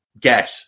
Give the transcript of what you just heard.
get